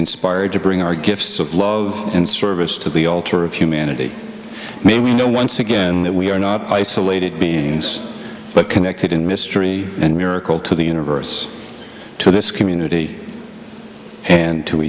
inspired to bring our gifts of love and service to the altar of humanity may we know once again that we are not isolated beings but connected in mystery and miracle to the universe to this community and to